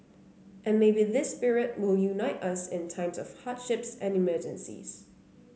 and maybe this spirit will unite us in times of hardships and emergencies